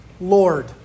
Lord